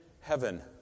heaven